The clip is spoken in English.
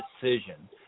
decision